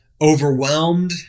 overwhelmed